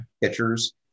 pitchers